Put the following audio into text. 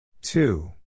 two